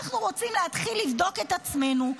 אנחנו רוצים לבדוק את עצמנו,